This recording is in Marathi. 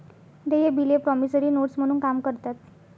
देय बिले प्रॉमिसरी नोट्स म्हणून काम करतात